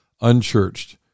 unchurched